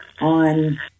on